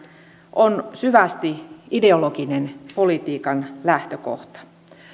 on syvästi ideologinen politiikan lähtökohta